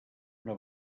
una